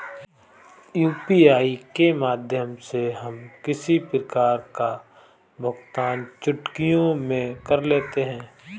UPI के माध्यम से हम किसी प्रकार का भुगतान चुटकियों में कर लेते हैं